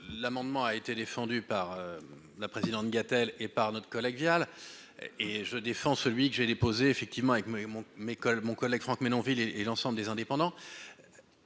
l'amendement a été défendu par la présidente Gatel et par notre collègue Vial et je défends celui que j'ai déposé effectivement avec mon mes mon collègue Franck Menonville et et l'ensemble des indépendants.